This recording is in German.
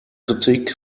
kritik